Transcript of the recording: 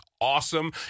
awesome